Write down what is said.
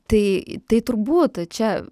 tai tai turbūt čia